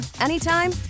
anytime